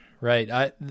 Right